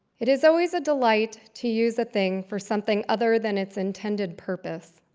it is always a delight to use a thing for something other than its intended purpose,